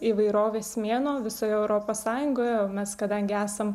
įvairovės mėnuo visoj europos sąjungoje o mes kadangi esam